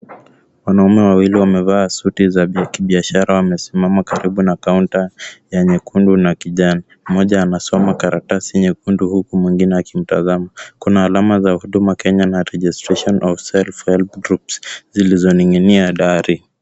Wanaume wawili wamevaa suti za kibiashara wamesimama karibu na kaunta ya nyekundu na kijani. Mmoja anasoma karatasi nyekundu huku, mwingine akimtazama. Kuna alama za Huduma Kenya na registration of self-help groups zilizoning'inia dari.